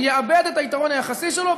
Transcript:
הוא יאבד את היתרון היחסי שלו,